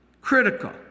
critical